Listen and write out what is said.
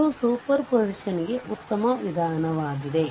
ಇದು superposition ಗೆ ಉತ್ತಮ ವಿಧಾನವಾಗಿದೆ